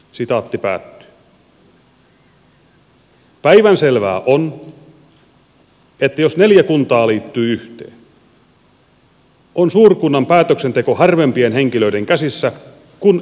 päivänselvää on että jos neljä kuntaa liittyy yhteen on suurkunnan päätöksenteko harvempien henkilöiden käsissä kuin ennen kuntaliitosta